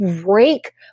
break